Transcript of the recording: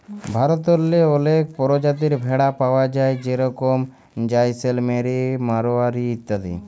ভারতেল্লে অলেক পরজাতির ভেড়া পাউয়া যায় যেরকম জাইসেলমেরি, মাড়োয়ারি ইত্যাদি